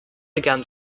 began